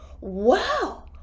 Wow